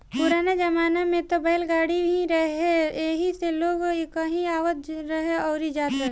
पुराना जमाना में त बैलगाड़ी ही रहे एही से लोग कहीं आवत रहे अउरी जात रहेलो